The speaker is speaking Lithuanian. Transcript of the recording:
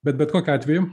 bet bet kokiu atveju